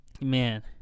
man